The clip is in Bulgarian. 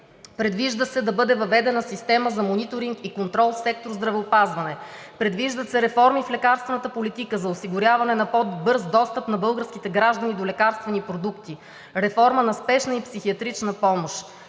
предвижда се да бъде въведена система за мониторинг и контрол в сектор „Здравеопазване“; предвиждат се реформи в лекарствената политика за осигуряване на по-бърз достъп на българските граждани до лекарствени продукти, реформа на Спешна и психиатрична помощ;